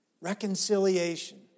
Reconciliation